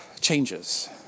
changes